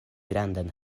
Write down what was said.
grandan